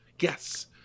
yes